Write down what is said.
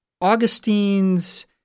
Augustine's